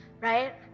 right